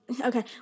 okay